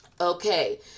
Okay